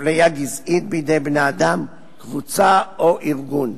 אפליה גזעית בידי בני-אדם, קבוצה או ארגון.